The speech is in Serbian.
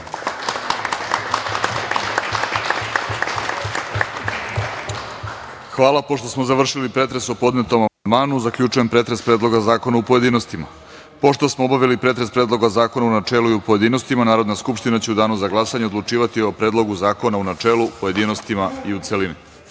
Zahvaljujem. Pošto smo završili pretres o podnetom amandmanu, zaključujem pretres Predloga zakona u pojedinostima. Pošto smo obavili pretres Predloga zakona u načelu i u pojedinostima, Narodna skupština će u danu za glasanje odlučivati o Predlogu zakona u načelu, pojedinostima i u